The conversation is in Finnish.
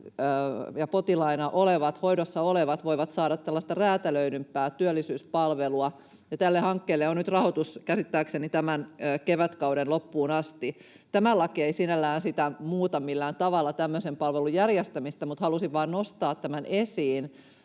potilaina olevat, hoidossa olevat, voivat saada tällaista räätälöidympää työllisyyspalvelua, ja tälle hankkeelle on nyt rahoitus käsittääkseni tämän kevätkauden loppuun asti. Tämä laki ei sinällään muuta millään tavalla tämmöisen palvelun järjestämistä, mutta halusin vain nostaa tämän esiin